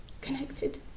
connected